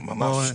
ממש.